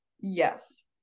Yes